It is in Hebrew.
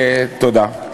תודה.